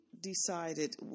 decided